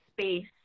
space